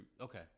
okay